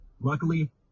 Luckily